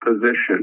position